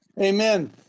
Amen